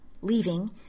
Leaving